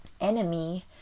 enemy